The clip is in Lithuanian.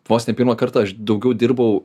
vos ne pirmą kartą aš daugiau dirbau